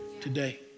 today